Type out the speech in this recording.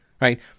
right